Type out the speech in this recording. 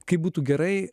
kaip būtų gerai